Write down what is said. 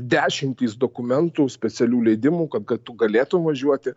dešimtys dokumentų specialių leidimų kad kad tu galėtum važiuoti